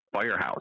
firehouse